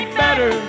better